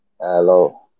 Hello